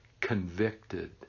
convicted